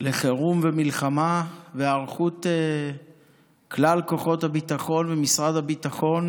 לחירום ומלחמה והיערכות כלל כוחות הביטחון ומשרד הביטחון